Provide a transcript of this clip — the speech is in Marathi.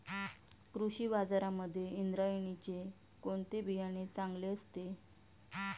कृषी बाजारांमध्ये इंद्रायणीचे कोणते बियाणे चांगले असते?